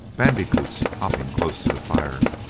bandicoots hopping close to the fire,